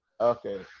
okay